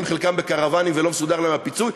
חלקם בקרוונים ולא מסודר להם הפיצוי?